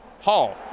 Hall